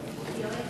נמנע?